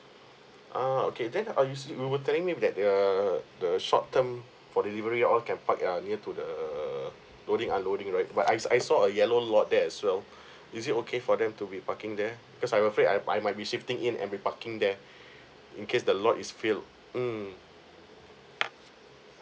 ah okay then uh s~ you would telling me that err the short term for delivery all can park yeah near to the loading unloading right but I s~ I saw a yellow lot there as well is it okay for them to be parking there because I'm afraid I I might be shifting in and be parking there in case the lot is filled mm